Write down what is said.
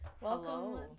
Welcome